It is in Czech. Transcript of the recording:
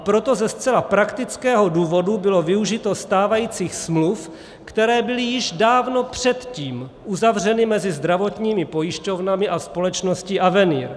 Proto ze zcela praktického důvodu bylo využito stávajících smluv, které byly již dávno předtím uzavřeny mezi zdravotními pojišťovnami a společností Avenier.